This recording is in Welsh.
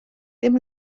ddim